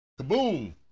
Kaboom